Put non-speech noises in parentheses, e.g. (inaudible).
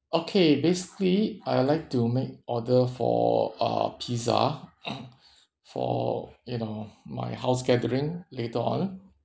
okay basically I'll like to make order for uh pizza (noise) for you know my house gathering later on